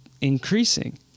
increasing